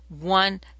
one